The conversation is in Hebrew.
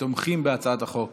כתומכים בהצעת החוק